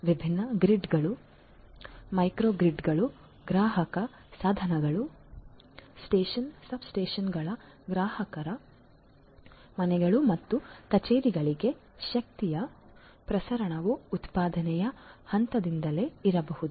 ವಿಭಿನ್ನ ಗ್ರಿಡ್ಗಳು ಮೈಕ್ರೋ ಗ್ರಿಡ್ಗಳು ಗ್ರಾಹಕ ಸಾಧನಗಳು ಸ್ಟೇಷನ್ ಸಬ್ಸ್ಟೇಷನ್ಗಳು ಗ್ರಾಹಕರ ಮನೆಗಳು ಮತ್ತು ಕಚೇರಿಗಳಿಗೆ ಶಕ್ತಿಯ ಪ್ರಸರಣವು ಉತ್ಪಾದನೆಯ ಹಂತದಿಂದಲೇ ಇರಬಹುದು